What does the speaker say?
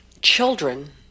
Children